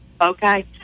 okay